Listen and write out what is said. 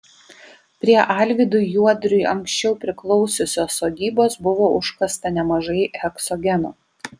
prie alvydui juodriui anksčiau priklausiusios sodybos buvo užkasta nemažai heksogeno